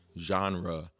genre